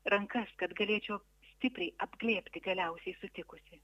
rankas kad galėčiau stipriai apglėbti galiausiai sutikusi